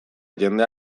jendea